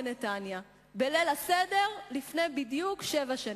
בנתניה בליל הסדר בדיוק לפני שבע שנים.